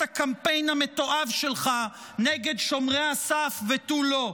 הקמפיין המתועב שלך נגד שומרי הסף ותו לא,